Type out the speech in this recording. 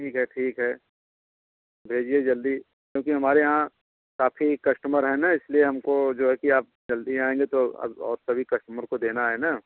ठीक है ठीक है भेजिए जल्दी क्योंकि हमारे यहाँ काफ़ी कस्टमर हैं ना इसलिए हमको जो है कि आप जल्दी आएंगे तो अब और सभी कस्टमर को देना है ना